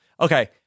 okay